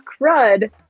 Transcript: crud